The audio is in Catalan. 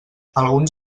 alguns